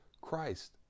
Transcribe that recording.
Christ